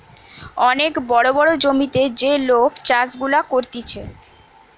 অনেক বড় বড় জমিতে যে লোক চাষ গুলা করতিছে